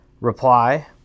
reply